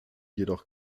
jedoch